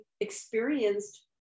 experienced